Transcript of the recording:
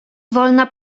wolna